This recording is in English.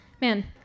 Man